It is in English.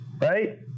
right